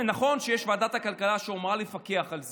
נכון שוועדת הכלכלה אמורה לפקח על זה,